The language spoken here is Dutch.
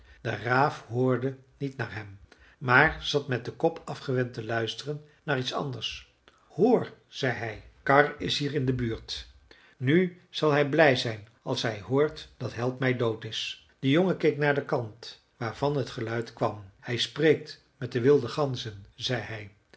de raaf hoorde niet naar hem maar zat met den kop afgewend te luisteren naar iets anders hoor zei hij karr is hier in de buurt nu zal hij blij zijn als hij hoort dat helpmij dood is de jongen keek naar den kant waarvan het geluid kwam hij spreekt met de wilde ganzen zei hij